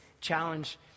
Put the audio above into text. challenge